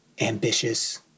ambitious